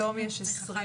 פתאום יכולות לקפוץ לך 50